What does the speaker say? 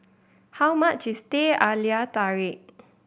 how much is Teh Halia Tarik